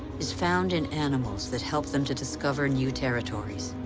is found in animals that help them to discover new territories.